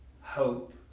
hope